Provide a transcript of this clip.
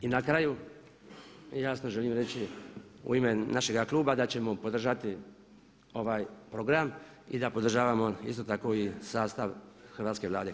I na kraju jasno želim reći u ime našega kluba da ćemo podržati ovaj program i da podržavamo isto tako i sastav hrvatske Vlade.